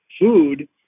food